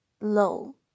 low